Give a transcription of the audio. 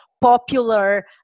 popular